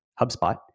HubSpot